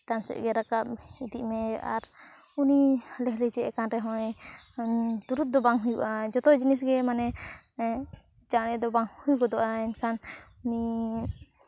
ᱪᱮᱛᱟᱱ ᱥᱮᱫ ᱜᱮ ᱨᱟᱠᱟᱵᱽ ᱤᱫᱤᱜ ᱢᱮ ᱟᱨ ᱩᱱᱤ ᱦᱟᱹᱞᱤ ᱦᱟᱹᱞᱤ ᱪᱮᱫ ᱠᱟᱱ ᱨᱮᱦᱚᱸᱭ ᱛᱩᱨᱩᱫ ᱫᱚ ᱵᱟᱝ ᱦᱩᱭᱩᱜᱼᱟ ᱡᱚᱛᱚ ᱡᱤᱱᱤᱥᱜᱮ ᱢᱟᱱᱮ ᱪᱟᱬᱮ ᱫᱚ ᱵᱟᱝ ᱦᱩᱭ ᱜᱚᱫᱚᱜᱼᱟ ᱮᱱᱠᱷᱟᱱ ᱩᱱᱤ